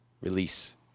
release